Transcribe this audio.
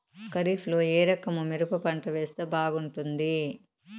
ఖరీఫ్ లో ఏ రకము మిరప పంట వేస్తే బాగుంటుంది